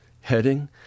heading